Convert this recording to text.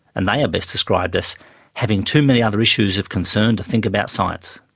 and they are best described as having too many other issues of concern to think about science.